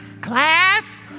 class